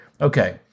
okay